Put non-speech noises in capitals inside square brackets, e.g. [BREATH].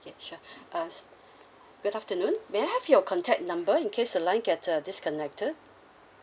okay sure [BREATH] uh good afternoon may I have your contact number in case the line like get uh disconnected